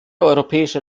europäische